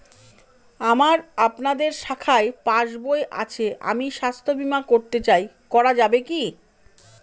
আমার আপনাদের শাখায় পাসবই আছে আমি স্বাস্থ্য বিমা করতে চাই করা যাবে কি?